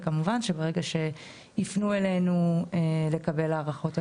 כמובן ברגע שיפנו אלינו לקבל הערכות עלות,